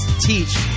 teach